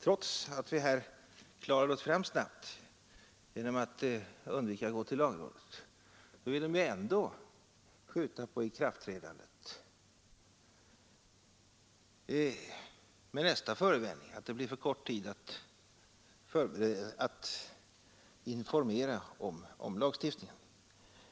Trots att vi har kunnat gå fram snabbt genom att undvika att gå till lagrådet vill de ändå skjuta på ikraftträdandet med nästa förevändning — att det blir för kort tid att informera om lagstiftningen.